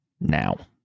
now